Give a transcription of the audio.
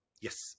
Yes